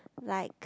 like